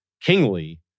kingly